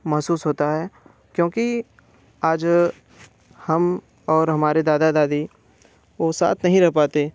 महसूस होता है क्योंकि आज हम और हमारे दादा दादी वो साथ नहीं रह पाते